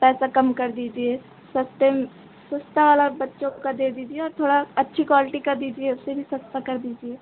पैसा कम कर दीजिए सस्ते सस्ता वाला बच्चों का दे दीजिए और थोड़ा अच्छी क्वालिटी का दीजिए उसे भी सस्ता कर दीजिए